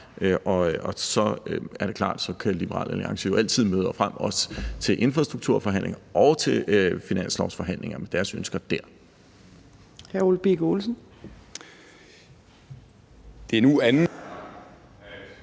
så er det klart, at Liberal Alliance altid kan møde frem til infrastrukturforhandlinger og til finanslovsforhandlinger med deres ønsker dér.